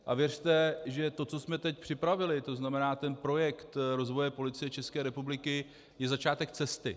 A věřte, že to, co jsme teď připravili, to znamená ten projekt Rozvoj Policie České republiky, je začátek cesty.